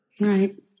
Right